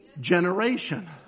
generation